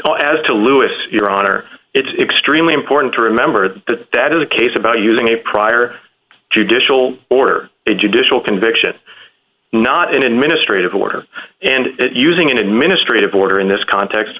thought as to louis your honor it's extremely important to remember that that is a case about using a prior judicial order a judicial conviction not an administrative order and it using an administrative order in this context